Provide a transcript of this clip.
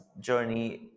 journey